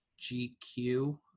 GQ